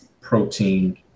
protein